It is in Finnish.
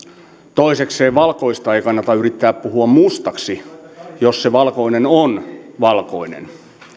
toisekseen valkoista ei kannata yrittää puhua mustaksi jos se valkoinen on valkoinen